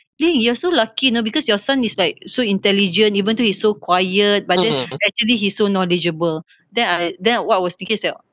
eh you are so lucky you know because your son is like so intelligent even though he's so quiet but then actually he's so knowledgeable then I then what I was thinking is that